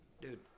Dude